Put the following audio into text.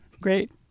Great